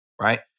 right